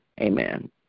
Amen